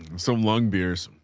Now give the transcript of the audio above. some lung beers,